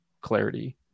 clarity